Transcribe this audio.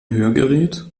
hörgerät